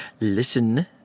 listen